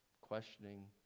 questioning